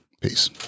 Peace